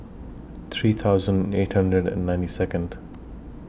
three thousand eight hundred and ninety Second